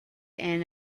and